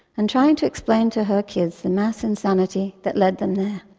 and trying to explain to her kids the mass insanity that led them there.